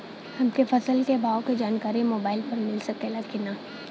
हमके फसल के भाव के जानकारी मोबाइल पर मिल सकेला की ना?